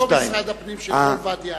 איפה משרד הפנים של כל ואדי-עארה?